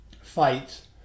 fights